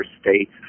states